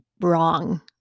wrong